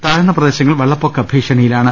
താഴ്ന്ന പ്രദേശങ്ങൾ വെള്ളപൊക്ക ഭീക്ഷണിയിലാണ്